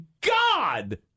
God